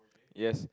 yes